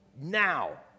now